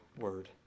word